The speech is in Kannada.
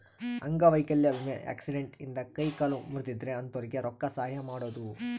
ಅಂಗವೈಕಲ್ಯ ವಿಮೆ ಆಕ್ಸಿಡೆಂಟ್ ಇಂದ ಕೈ ಕಾಲು ಮುರ್ದಿದ್ರೆ ಅಂತೊರ್ಗೆ ರೊಕ್ಕ ಸಹಾಯ ಮಾಡೋದು